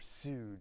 pursued